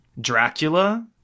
Dracula